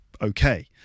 okay